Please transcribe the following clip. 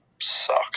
suck